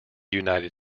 united